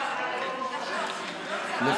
חבר הכנסת זוהר?